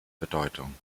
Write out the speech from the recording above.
bedeutung